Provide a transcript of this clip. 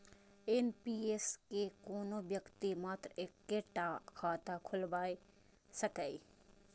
NPS मे कोनो व्यक्ति मात्र एक्के टा खाता खोलाए सकैए